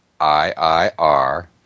iir